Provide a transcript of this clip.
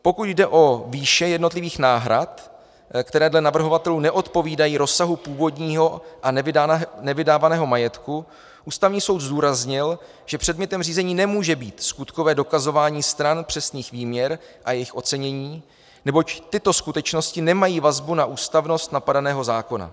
Pokud jde o výše jednotlivých náhrad, které dle navrhovatelů neodpovídají rozsahu původního a nevydávaného majetku, Ústavní soud zdůraznil, že předmětem řízení nemůže být skutkové dokazování stran přesných výměr a jejich ocenění, neboť tyto skutečnosti nemají vazbu na ústavnost napadeného zákona.